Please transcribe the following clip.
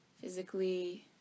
Physically